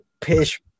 pish